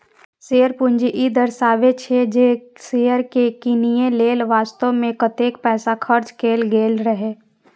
share पूंजी ई दर्शाबै छै, जे शेयर कें कीनय लेल वास्तव मे कतेक पैसा खर्च कैल गेल रहै